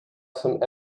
some